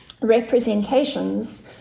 representations